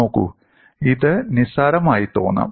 നോക്കൂ ഇത് നിസ്സാരമായി തോന്നാം